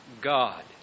God